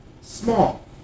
small